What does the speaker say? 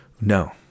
No